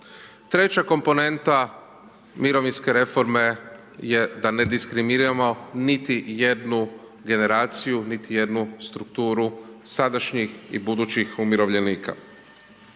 Treća komponenta mirovinske reforme je da ne diskriminiramo niti jednu generaciju, niti jednu strukturu sadašnjih i budućih umirovljenika.